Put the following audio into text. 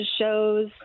shows